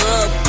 up